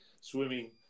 swimming